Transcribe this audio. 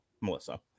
melissa